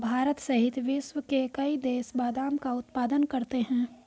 भारत सहित विश्व के कई देश बादाम का उत्पादन करते हैं